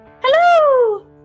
Hello